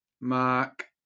Mark